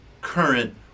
current